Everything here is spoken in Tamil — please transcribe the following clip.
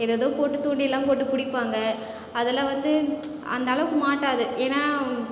ஏதேதோ போட்டு தூண்டில்லாம் போட்டு பிடிப்பாங்க அதில் வந்து அந்தளவுக்கு மாட்டாது ஏன்னா